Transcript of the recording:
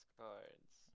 cards